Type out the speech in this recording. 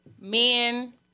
men